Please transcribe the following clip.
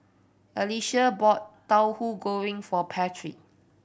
Alicia bought Tahu Goreng for Patrick